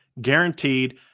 guaranteed